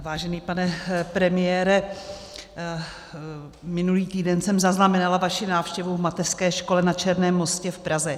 Vážený pane premiére, minulý týden jsem zaznamenala vaši návštěvu v mateřské škole na Černém mostě v Praze.